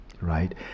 right